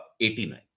89